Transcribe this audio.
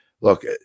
look